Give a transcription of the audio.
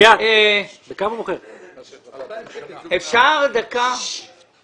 אנחנו מפקידים את הכסף בידיים